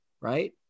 Right